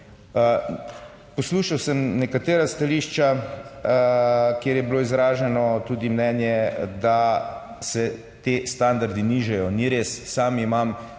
Poslušal sem nekatera stališča, kjer je bilo izraženo tudi mnenje, da se ti standardi nižajo. Ni res. Sam imam